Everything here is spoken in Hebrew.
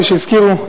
כפי שהזכירו,